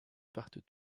partent